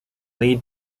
lead